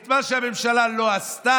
את מה שהממשלה לא עשתה,